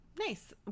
nice